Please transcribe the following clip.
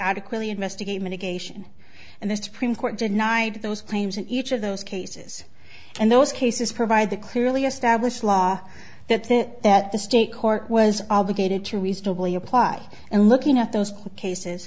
adequately investigate mitigation and the supreme court denied those claims in each of those cases and those cases provide the clearly established law that then that the state court was obligated to reasonably apply and looking at those cases